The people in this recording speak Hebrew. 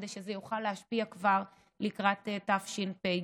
כדי שזה יוכל להשפיע כבר לקראת תשפ"ג.